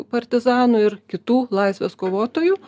partizanų ir kitų laisvės kovotojų